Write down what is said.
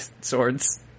swords